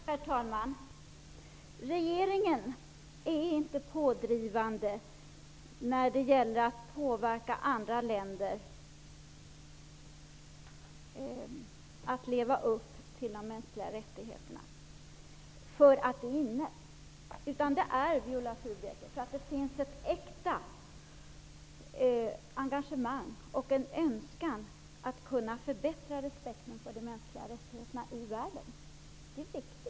Herr talman! Regeringen är inte pådrivande när det gäller att påverka andra länder att leva upp till de mänskliga rättigheterna för att det är inne. Det finns ett äkta engagemang och en önskan att kunna förbättra respekten för de mänskliga rättigheterna i världen, Viola Furubjelke. Det är viktigt.